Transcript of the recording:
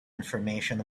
information